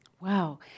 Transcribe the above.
Wow